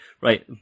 right